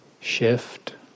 shift